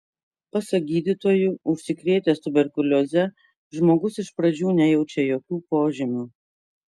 pasak gydytojų užsikrėtęs tuberkulioze žmogus iš pradžių nejaučia jokių požymių